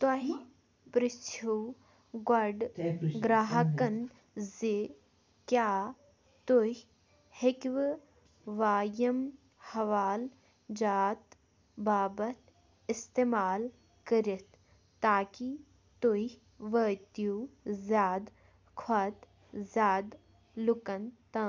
تُہۍ پرِٛژھِو گۅڈٕ گرٛاہکن زِ کیٛاہ تُہۍ ہیٚکہِ وا یِم حوالہٕ جات باپَتھ استعمال کرِتھ تاکہِ تُہۍ وٲتِو زیادٕ کھۅتہٕ زیادٕ لوٗکن تام